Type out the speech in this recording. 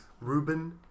Ruben